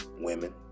women